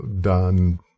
done